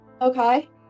Okay